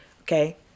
okay